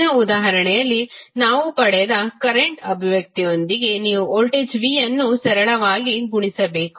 ಹಿಂದಿನ ಉದಾಹರಣೆಯಲ್ಲಿ ನಾವು ಪಡೆದ ಕರೆಂಟ್ ಅಭಿವ್ಯಕ್ತಿಯೊಂದಿಗೆ ನೀವು ವೋಲ್ಟೇಜ್ v ಅನ್ನು ಸರಳವಾಗಿ ಗುಣಿಸಬೇಕು